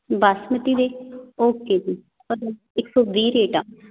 ਬਾਸਮਤੀ ਦੇ ਓਕੇ ਜੀ ਉਹਦੇ ਇੱਕ ਸੌ ਵੀਹ ਰੇਟ ਆ